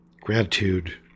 Gratitude